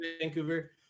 vancouver